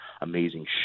amazing